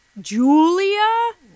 Julia